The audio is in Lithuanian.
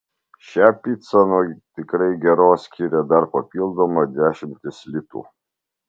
šią picą nuo tikrai geros skiria dar papildoma dešimtis litų